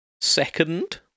second